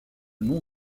nom